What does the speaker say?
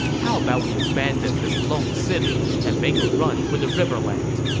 how about we abandon this lone city and make a run for the riverlands.